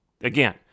Again